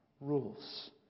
rules